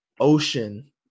Ocean